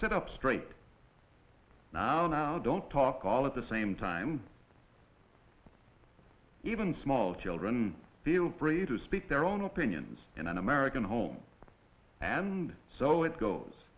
sit up straight now now don't talk all at the same time even small children feel free to speak their own opinions in an american home and so it goes